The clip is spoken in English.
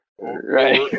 Right